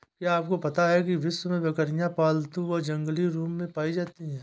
क्या आपको पता है विश्व में बकरियाँ पालतू व जंगली रूप में पाई जाती हैं?